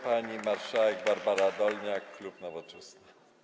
Pani marszałek Barbara Dolniak, klub Nowoczesna.